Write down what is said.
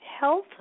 health